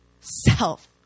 self